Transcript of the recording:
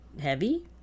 heavy